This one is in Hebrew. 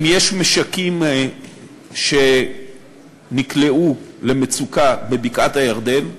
אם יש משקים שנקלעו למצוקה בבקעת-הירדן,